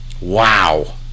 Wow